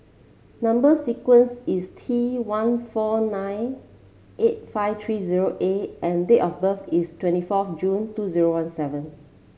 number sequence is T one four nine eight five three zero A and date of birth is twenty forth June two zero one seven